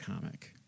comic